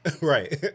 Right